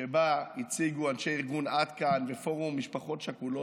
שבה הציגו אנשים מארגון עד כאן ופורום משפחות שכולות,